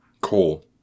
coal